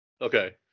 Okay